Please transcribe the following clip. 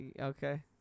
Okay